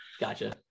Gotcha